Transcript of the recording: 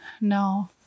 No